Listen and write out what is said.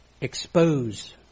expose